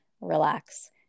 Relax